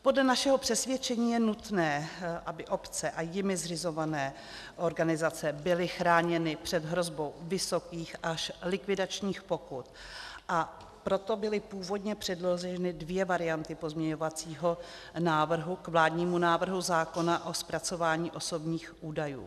Podle našeho přesvědčení je nutné, aby obce a jimi zřizované organizace byly chráněny před hrozbou vysokých až likvidačních pokut, a proto byly původně předloženy dvě varianty pozměňovacího návrhu k vládnímu návrhu zákona o zpracování osobních údajů.